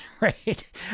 right